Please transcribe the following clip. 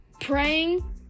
praying